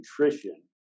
nutrition